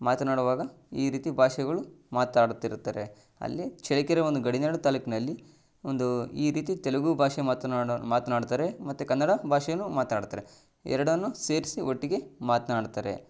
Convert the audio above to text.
ಮಾತನಾಡೋವಾಗ ಈ ರೀತಿ ಭಾಷೆಗಳು ಮಾತಾಡುತ್ತಿರುತ್ತಾರೆ ಅಲ್ಲಿ ಚಳ್ಳಕೆರೆ ಒಂದು ಗಡಿನಾಡು ತಾಲೂಕಿನಲ್ಲಿ ಒಂದು ಈ ರೀತಿ ತೆಲುಗು ಭಾಷೆ ಮಾತನಾಡಿ ಮಾತನಾಡ್ತಾರೆ ಮತ್ತು ಕನ್ನಡ ಭಾಷೆನೂ ಮಾತಾಡ್ತಾರೆ ಎರಡನ್ನೂ ಸೇರಿಸಿ ಒಟ್ಟಿಗೇ ಮಾತನ್ನಾಡ್ತಾರೆ